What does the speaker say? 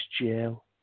jail